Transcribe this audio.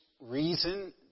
reason